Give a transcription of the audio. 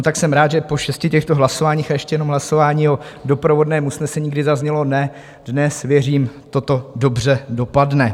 Tak jsem rád, že po šesti těchto hlasováních a ještě jednom hlasování o doprovodném usnesení, kdy zaznělo ne dnes, věřím, toto dobře dopadne.